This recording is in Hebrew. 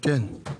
כן.